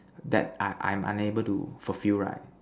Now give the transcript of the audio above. that I'm I'm unable to fulfill right